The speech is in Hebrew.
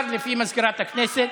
17, לפי מזכירת הכנסת,